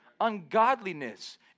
Ungodliness